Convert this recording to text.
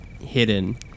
hidden